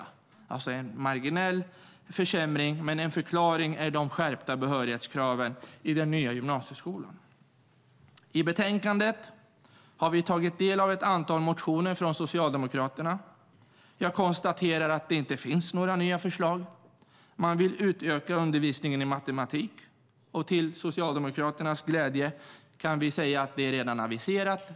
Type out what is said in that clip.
Det är alltså en marginell försämring, men en förklaring är de skärpta behörighetskraven i den nya gymnasieskolan. I betänkandet har vi tagit del av ett antal motioner från Socialdemokraterna. Jag konstaterar att det inte finns några nya förslag. Man vill utöka undervisningen i matematik. Till Socialdemokraternas glädje kan vi säga att det redan är aviserat.